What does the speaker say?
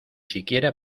siquiera